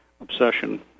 obsession